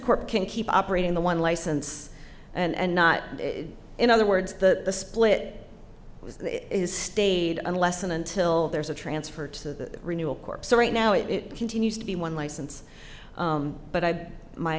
corp can keep operating the one license and not in other words the split is stayed unless and until there's a transfer to the renewal corp so right now it continues to be one license but i